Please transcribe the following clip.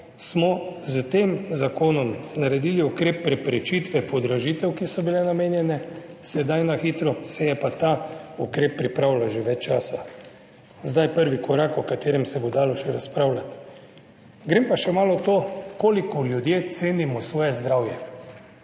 smo s tem zakonom naredili ukrep preprečitve podražitev, ki so bile namenjene, sedaj na hitro, se je pa ta ukrep pripravljal že več časa. Prvi korak, o katerem se bo dalo še razpravljati. Grem pa še malo v to, koliko ljudje cenimo svoje zdravje.